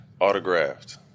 autographed